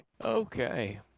Okay